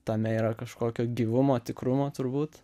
tame yra kažkokio gyvumo tikrumo turbūt